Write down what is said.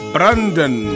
Brandon